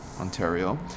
Ontario